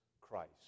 Christ